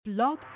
Blog